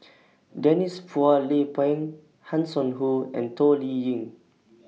Denise Phua Lay Peng Hanson Ho and Toh Liying